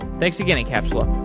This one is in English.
thanks again, incapsula